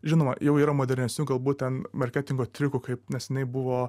žinoma jau yra modernesnių galbūt ten marketingo triukų kaip neseniai buvo